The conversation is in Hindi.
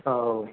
हाँ वो